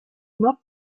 not